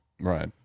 right